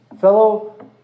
fellow